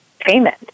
payment